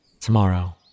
Tomorrow